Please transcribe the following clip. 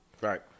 Right